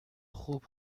خوب